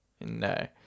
No